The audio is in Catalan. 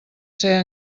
ser